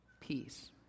Peace